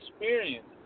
experience